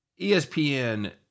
ESPN